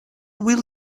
will